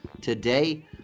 Today